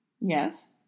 Yes